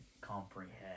Comprehend